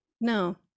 no